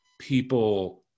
people